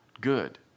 good